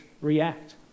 react